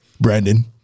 Brandon